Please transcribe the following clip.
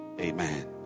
Amen